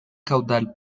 caudal